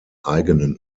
eigenen